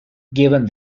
given